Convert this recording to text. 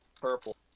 purple